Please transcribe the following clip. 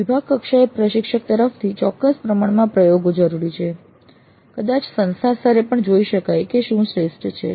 વિભાગ કક્ષાએ પ્રશિક્ષક તરફથી ચોક્કસ પ્રમાણમાં પ્રયોગો જરૂરી છે કદાચ સંસ્થા સ્તરે પણ જોઈ શકાય કે શું શ્રેષ્ઠ છે